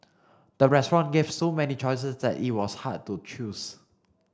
the restaurant gave so many choices that it was hard to choose